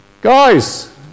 guys